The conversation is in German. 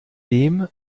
dem